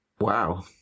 wow